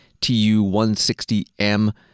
Tu-160M